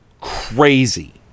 crazy